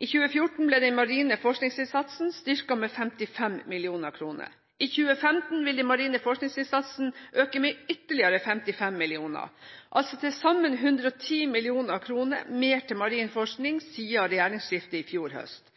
I 2014 ble den marine forskningsinnsatsen styrket med 55 mill. kr. I 2015 vil den marine forskningsinnsatsen øke med ytterligere 55 mill. kr, som altså til sammen utgjør 110 mill. kr mer til marin forskning siden regjeringsskiftet i fjor høst.